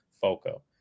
Foco